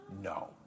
No